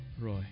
Roy